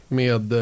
med